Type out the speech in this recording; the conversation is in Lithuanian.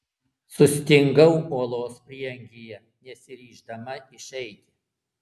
sustingau olos prieangyje nesiryždama išeiti